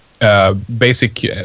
basic